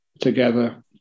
together